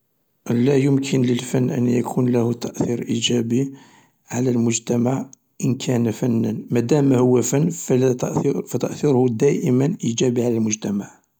لا يمكن للفن ان يكون له تأثير ايجابي على المجتمع ان كان فنا، ما دام هو فن فتأثيره ايجابي على المجتمع.